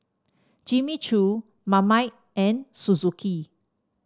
Jimmy Choo Marmite and Suzuki